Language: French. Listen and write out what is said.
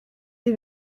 des